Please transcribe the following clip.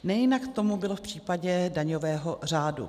Nejinak tomu bylo v případě daňového řádu.